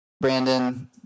Brandon